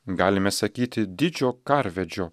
galime sakyti didžio karvedžio